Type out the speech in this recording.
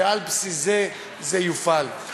ועל בסיס זה היא תפעל.